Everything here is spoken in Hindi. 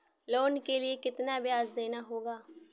लोन के लिए कितना ब्याज देना होगा?